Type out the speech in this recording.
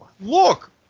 Look